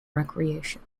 recreation